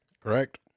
Correct